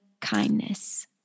kindness